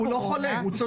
הוא לא חולה, הוא צודק.